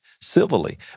civilly